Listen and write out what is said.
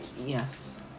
Yes